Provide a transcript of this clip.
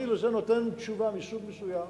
אני לזה נותן תשובה מסוג מסוים,